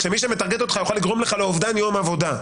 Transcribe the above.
כשמי שמטרגט אותך יוכל לגרום לך לאובדן יום עבודה.